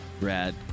rad